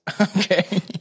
Okay